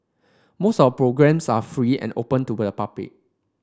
most of the programmes are free and open to the public